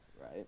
Right